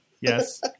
Yes